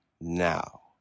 now